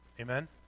amen